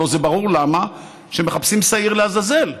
הלוא זה ברור למה: מחפשים שעיר לעזאזל,